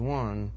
one